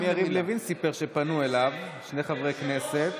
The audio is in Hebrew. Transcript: גם יריב לוין סיפר שפנו אליו שני חברי כנסת,